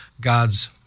God's